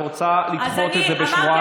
את רוצה לדחות את זה בשבועיים?